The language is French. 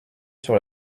sur